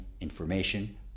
information